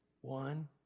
One